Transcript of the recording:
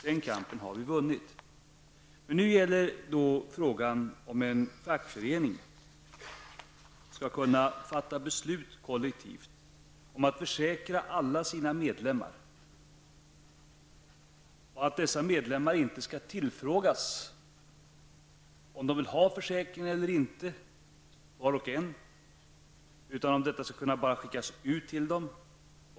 Den kampen har vi vunnit. Nu gäller frågan om en fackförening kollektivt skall kunna fatta beslut om att försäkra alla sina medlemmar utan att dessa medlemmar tillfrågas om de vill ha försäkringen eller inte. Man skall bara kunna skicka ut ett meddelande till dem.